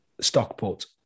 Stockport